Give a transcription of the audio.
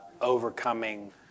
overcoming